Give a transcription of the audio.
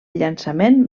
llançament